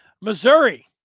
Missouri